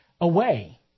away